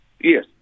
Yes